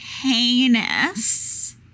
heinous